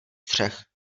střech